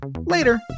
Later